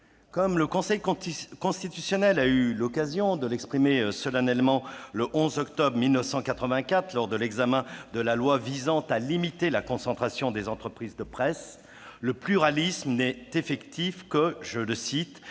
comme le Conseil constitutionnel a eu l'occasion de l'exprimer solennellement le 11 octobre 1984 lors de l'examen de la loi visant à limiter la concentration des entreprises de presse, le pluralisme n'est effectif que « si le